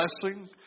blessing